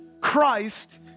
Christ